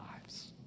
lives